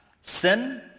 sin